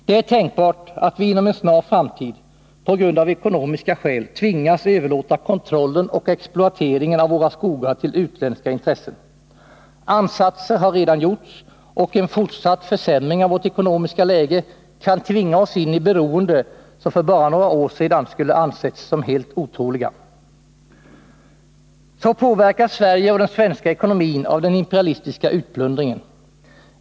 Det är tänkbart att vi inom en snar framtid av ekonomiska skäl tvingas överlåta kontrollen och exploateringen av våra skogar till utländska intressen. Ansatser har redan gjorts, och en fortsatt försämring av vårt ekonomiska läge kan tvinga oss in i beroenden som för bara några år sedan skulle ansetts som helt otroliga. Så påverkas Sverige och den svenska ekonomin av den imperialistiska utplundringen.